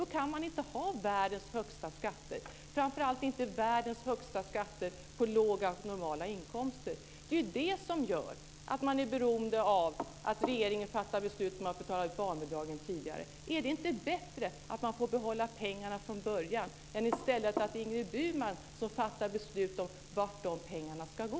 Då kan man inte ha världens högsta skatter, framför allt inte världens högsta skatter på låga och normala inkomster. Det är ju det som gör att man är beroende av att regeringen fattar beslut om att betala ut barnbidragen tidigare. Är det inte bättre att man får behålla pengarna från början än att det i stället är Ingrid Burman som fattar beslut om vart de pengarna ska gå?